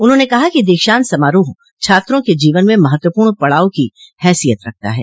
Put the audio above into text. उन्होंने कहा कि दीक्षान्त समारोह छात्रों के जीवन में महत्वपूर्ण पड़ाव की हैसियत रखता है